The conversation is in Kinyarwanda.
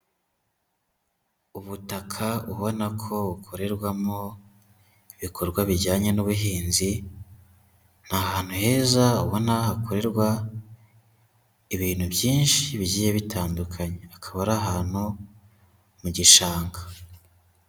Ubutaka ubona ko bukorerwamo ibikorwa bijyanye n'ubuhinzi, ni ahantu heza ubona hakorerwa ibintu byinshi bigiye bitandukanye akaba ari ahantu mu gishanga.